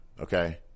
okay